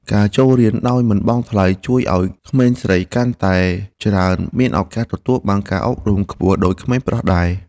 ការចូលរៀនដោយមិនបង់ថ្លៃជួយឱ្យក្មេងស្រីកាន់តែច្រើនមានឱកាសទទួលបានការអប់រំខ្ពស់ដូចក្មេងប្រុសដែរ។